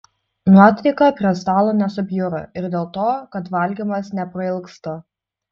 nuotaika prie stalo nesubjūra ir dėl to kad valgymas neprailgsta